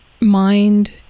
mind